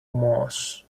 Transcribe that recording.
moss